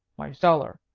my cellar,